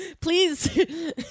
Please